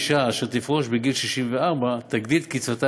אישה אשר תפרוש בגיל 64 תגדיל את קצבתה